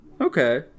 Okay